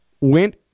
went